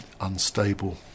unstable